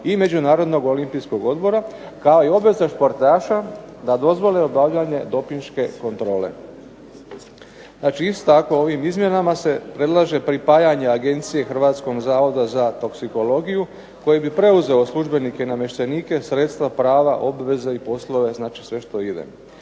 i Međunarodnog olimpijskog odbora kao i obveza športaša da dozvole obavljanje dopinške kontrole. Znači isto tako ovim izmjenama se predlaže pripajanje agencije Hrvatskog zavoda za toksikologiju koji bi preuzeo službenike i namještenike, sredstva, prava, obveze i poslove, znači sve što ide.